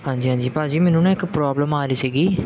ਹਾਂਜੀ ਹਾਂਜੀ ਭਾਅ ਜੀ ਮੈਨੂੰ ਨਾ ਇੱਕ ਪ੍ਰੋਬਲਮ ਆ ਰਹੀ ਸੀਗੀ